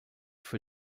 für